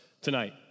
tonight